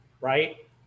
right